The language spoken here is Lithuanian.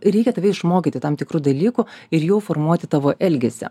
reikia tave išmokyti tam tikrų dalykų ir jau formuoti tavo elgesį